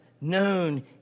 known